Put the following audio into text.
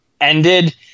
ended